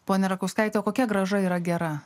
ponia rakauskaitė kokia grąža yra gera